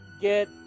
get